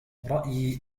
رأيي